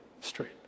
straight